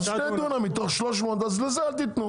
אז לשני דונם מתוך 300 הדונם אל תיתנו.